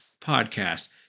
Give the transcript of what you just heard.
podcast